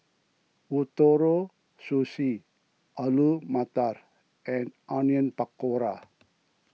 Ootoro Sushi Alu Matar and Onion Pakora